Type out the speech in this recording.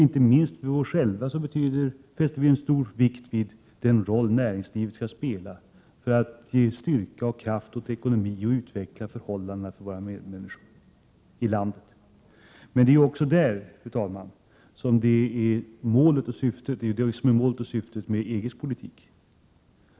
Inte minst vi själva fäster stor vikt vid den roll som näringslivet skall spela för att ge styrka och kraft åt ekonomin och för att utveckla förhållandena för våra medmänniskor i landet. Men, fru talman, detta är också målet och syftet med EG:s politik.